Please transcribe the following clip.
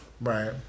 Right